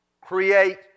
create